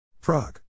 Prague